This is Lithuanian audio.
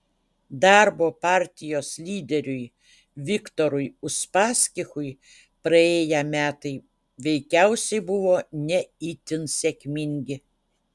darbo partijos lyderiui viktorui uspaskichui praėję metai veikiausiai buvo ne itin sėkmingi